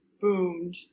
boomed